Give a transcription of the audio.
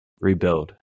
rebuild